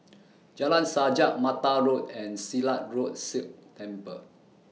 Jalan Sajak Mattar Road and Silat Road Sikh Temple